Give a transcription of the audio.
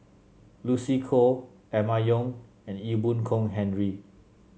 Lucy Koh Emma Yong and Ee Boon Kong Henry